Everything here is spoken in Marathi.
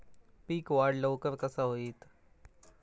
पीक वाढ लवकर कसा होईत?